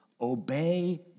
obey